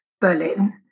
Berlin